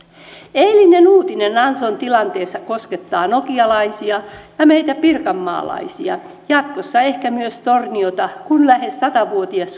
eilinen uutinen nanson tilanteesta koskettaa nokialaisia ja meitä pirkanmaalaisia jatkossa ehkä myös torniota kun lähes satavuotias